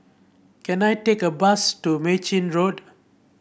can I take a bus to Mei Chin Road